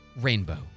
Rainbow